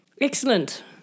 Excellent